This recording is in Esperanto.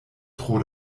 tro